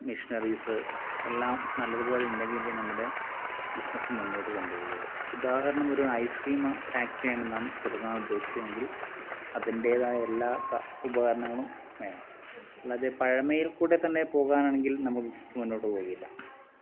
machineries എല്ലാം നല്ലതുപോലെ ഉണ്ടെങ്കിലെ നമ്മുടെ ബിസ്നസ്സ് മുന്നോട്ട് കൊണ്ടുപോകുള്ളു ഉദാഹരണം ഒരു ഐസ് ക്രീം ഫാക്ടറിയാണ് നാം തുടങ്ങാൻ ഉദ്ദേശിക്കുന്നതെങ്കിൽ അതിന്റേതായ എല്ലാ ഉപകരണങ്ങളും വേണം അല്ലാതെ പഴമയിൽക്കൂടെത്തന്നെ പോകാനാണെങ്കിൽ നമ്മുടെ ബിസ്നസ്സ് മുന്നോട്ട് പോകില്ല